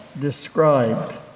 described